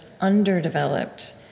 underdeveloped